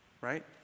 right